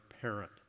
parent